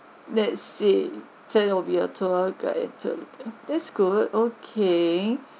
let's say there will be a tour guide that's good okay